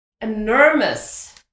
enormous